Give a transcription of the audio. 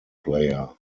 player